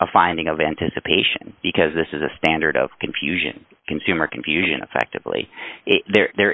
a finding of anticipation because this is a standard of confusion consumer confusion effectively there